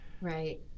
Right